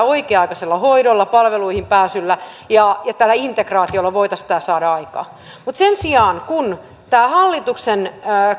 oikea aikaisella hoidolla palveluihin pääsyllä ja integ raatiolla voitaisiin tämä saada aikaan mutta sen sijaan tämä hallituksen